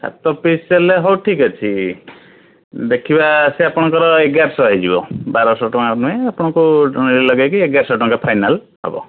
ସାତ ପିସ୍ ହେଲେ ହଉ ଠିକ୍ ଅଛି ଦେଖିବା ସେ ଆପଣଙ୍କର ଏଗାରଶହ ହେଇଯିବ ବାରଶହ ଟଙ୍କା ନୁହେଁ ଆପଣଙ୍କୁ ଇଏ ଲଗାଇକି ଏଗାରଶହ ଟଙ୍କା ଫାଇନାଲ ହେବ